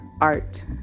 art